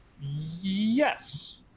Yes